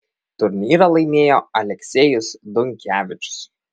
turnyrą laimėjo aleksejus dunkevičius